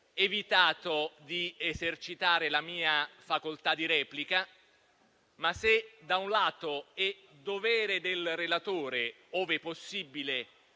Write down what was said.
evitato di esercitare la mia facoltà di replica, ma se da un lato è dovere del relatore, ove possibile,